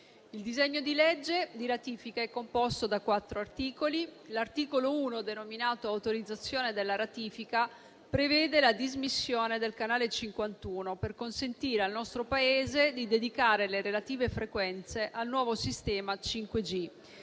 Il disegno di legge di ratifica è composto da quattro articoli. L'articolo 1, denominato «Autorizzazione alla ratifica», prevede la dismissione del canale 51 per consentire al nostro Paese di dedicare le relative frequenze al nuovo sistema 5G